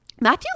Matthew